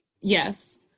Yes